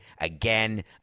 again